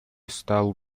стал